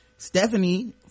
stephanie